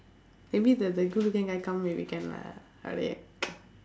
maybe the the good looking guy come maybe can lah